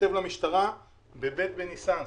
כתב למשטרה ב-ב' בסיוון,